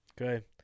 Okay